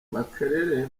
makerere